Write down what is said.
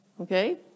okay